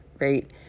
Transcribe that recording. right